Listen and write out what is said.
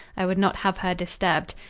i would not have her disturbed.